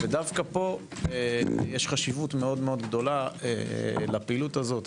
דווקא פה יש חשיבות מאוד-מאוד גדולה לפעילות הזו.